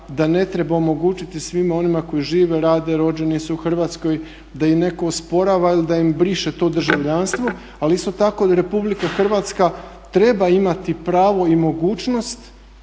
da ne treba omogućiti svima onima koji žive, rade, rođeni su u Hrvatskoj da im netko osporava ili da im briše to državljanstvo. Ali isto tako RH treba imati pravo i mogućnost